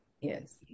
yes